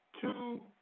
two